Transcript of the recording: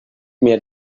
mir